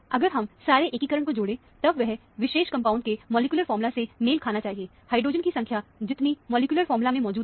अगर हम सारे एकीकरण को जोड़ें तब वह विशेष कॉम्पोनेंट के मॉलिक्यूलर फार्मूला से मेल खाना चाहिए हाइड्रोजन की संख्या जितनी मॉलिक्यूलर फार्मूला में मौजूद है